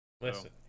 Listen